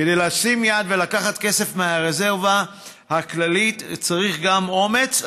כדי לשים יד ולקחת כסף מהרזרבה הכללית צריך גם אומץ,